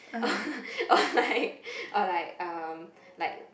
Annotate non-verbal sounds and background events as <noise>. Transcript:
<laughs> or like or like um